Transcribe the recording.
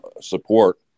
support